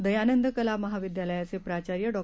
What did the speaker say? दयानंद कला महाविद्यालयाचे प्राचार्य डॉ